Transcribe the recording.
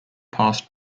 passed